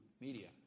media